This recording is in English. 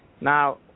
Now